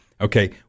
Okay